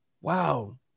Wow